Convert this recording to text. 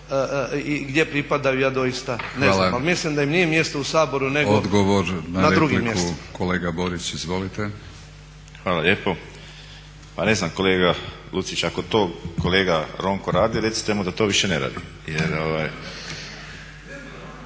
i gdje pripadaju ja doista ne znam, ali mislim da im nije mjesto u Saboru nego na drugim mjestima. **Borić, Josip (HDZ)** Hvala lijepo. Pa ne znam kolega Lucić, ako to kolega Ronko radi recite mu da to više ne radi